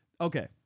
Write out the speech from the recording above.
Okay